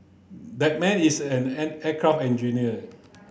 that man is and an aircraft engineer